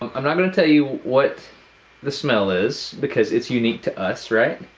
i'm not gonna tell you what the smell is because it's unique to us, right?